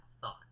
thought